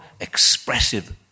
expressive